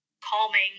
calming